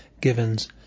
Givens